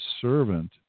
servant